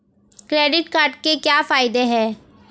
Credit card के क्या फायदे हैं?